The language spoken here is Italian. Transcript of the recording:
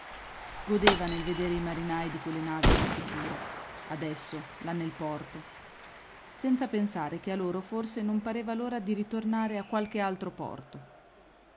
godeva nel vedere i marinaj di quelle navi al sicuro adesso là nel porto senza pensare che a loro forse non pareva l'ora di ritornare a qualche altro porto